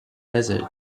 wizard